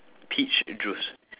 peach juice